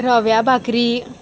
रव्या भाकरी